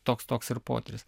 toks toks ir potyris